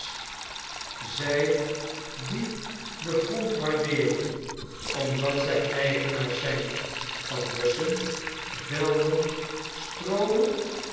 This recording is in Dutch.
zij die den grond waardeeren omdat zij eigenaars zijn van bosschen velden stroomen